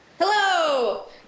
Hello